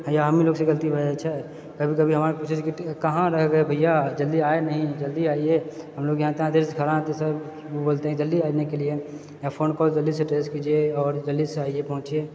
या हमही लोगसँ गलती भए जाइ छै कभी कभी हमरा आरके पूछै छै की कहाँ रह गये भैया जल्दी आए नही जल्दी आइए हमलोग यहाँ इतना देर से खड़ा है तऽ सर बोलते है जल्दी आनेके लिए आ फोन कॉल जल्दीसे ट्रेस कीजिये आओर जल्दी से आइये पहुँचिए